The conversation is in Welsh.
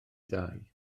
ddau